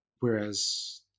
Whereas